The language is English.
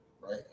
right